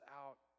out